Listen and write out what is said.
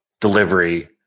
delivery